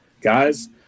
guys